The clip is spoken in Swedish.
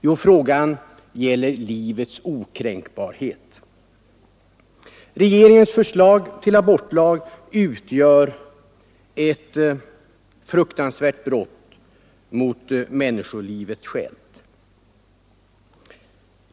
Jo, frågan gäller livets okränkbarhet. Regeringens förslag till abortlag utgör ett fruktansvärt brott mot människolivet självt.